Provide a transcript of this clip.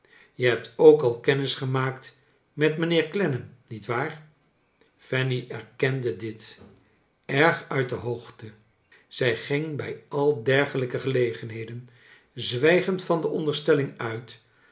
je hebt ook al kennis gemaakt met mijnheer clennam nietwaar fanny erkende dit brg uit de hoogte zij ging bij a dergelijke gelegenheden zwijgend van de onderstelling uit